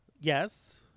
Yes